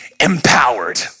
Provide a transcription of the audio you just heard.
empowered